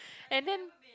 and then